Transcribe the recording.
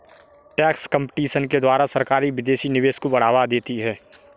tax competition के द्वारा सरकारी विदेशी निवेश को बढ़ावा देती है